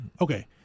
Okay